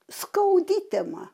skaudi tema